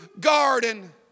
garden